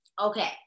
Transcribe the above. Okay